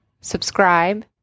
subscribe